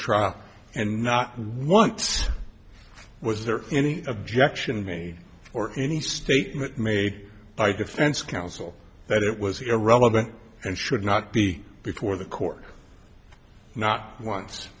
trial and not once was there any objection me or any statement made by defense counsel that it was irrelevant and should not be before the court not once